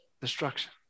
destruction